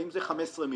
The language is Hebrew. האם זה 15 מיליון,